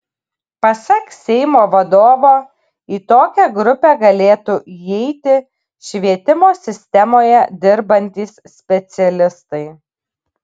pasak seimo vadovo į tokią grupę galėtų įeiti švietimo sistemoje dirbantys specialistai